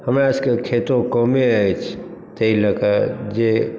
हमरा सबके खेतो कमे अछि ताहि लऽ कऽ जे